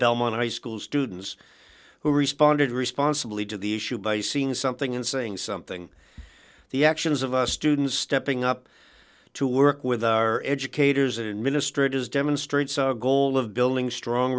belmont i school students who responded responsibly to the issue by seeing something and saying something the actions of us students stepping up to work with our educators and ministry does demonstrate saw goal of building strong